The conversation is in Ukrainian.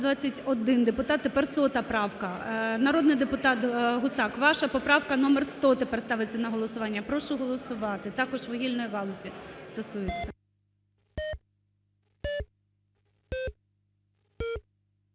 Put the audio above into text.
Народний депутат Гусак, ваша поправка номер 100 тепер ставиться на голосування. Прошу голосувати, також вугільної галузі стосується.